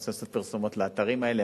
אני לא רוצה לעשות פרסומות לאתרים האלה,